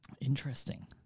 interesting